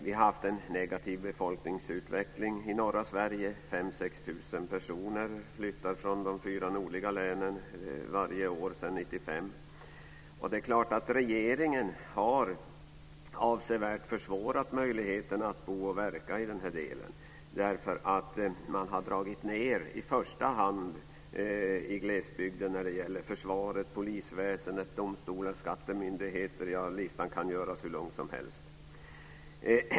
Vi har haft en negativ befolkningsutveckling i norra Sverige. 5 000-6 000 personer har flyttat från de fyra nordliga länen varje år sedan 1995. Regeringen har avsevärt försvårat möjligheten att bo och verka i den här delen. Man har dragit ned i första hand i glesbygden när det gäller försvaret, polisväsendet, domstolar, skattemyndigheter - ja, listan kan göras hur lång som helst.